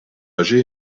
âgé